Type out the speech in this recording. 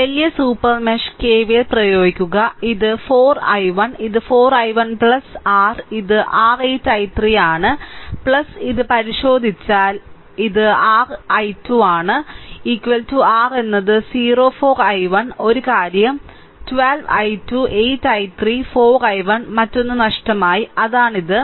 ഈ വലിയ super mesh KVL പ്രയോഗിക്കുക ഇത് 4 I1 ഇത് 4 I1 r ഇത് r 8 I3 ആണ് ഇത് പരിശോധിച്ചാൽ ഇത് R 12 I2 ആണ് r എന്നത് 0 4 I1 ഒരു കാര്യം 12 I2 8 I3 4 I1 മറ്റൊന്ന് നഷ്ടമായി അതാണ് ഇത്